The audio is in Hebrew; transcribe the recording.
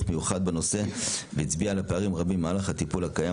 מיוחד בנושא והצביע על פערים רבים במהלך הטיפול הקיים.